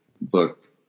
book